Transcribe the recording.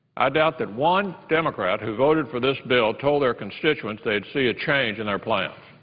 i doubt that one democrat who voted for this bill told their constituents they would see a change in their plans,